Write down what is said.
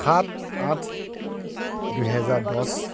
সাত আঠ দুহেজাৰ দহ